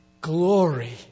glory